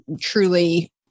truly